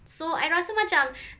so I rasa macam